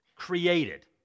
created